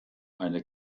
eine